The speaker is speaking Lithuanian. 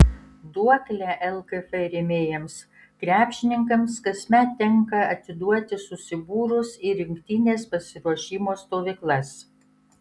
duoklę lkf rėmėjams krepšininkams kasmet tenka atiduoti susibūrus į rinktinės pasiruošimo stovyklas